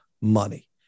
money